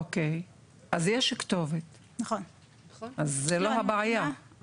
אימאן ח'טיב יאסין (רע"מ,